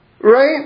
right